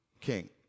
king